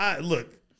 look